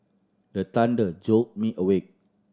the thunder jolt me awake